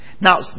Now